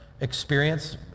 experience